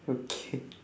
okay